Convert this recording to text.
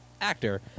actor